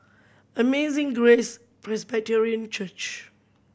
Amazing Grace Presbyterian Church